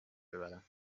ببرم